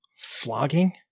flogging